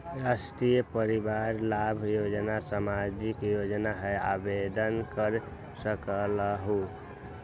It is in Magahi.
राष्ट्रीय परिवार लाभ योजना सामाजिक योजना है आवेदन कर सकलहु?